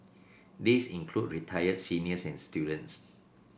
these include retired seniors and students